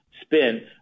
spin